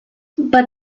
but